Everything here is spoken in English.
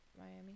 Miami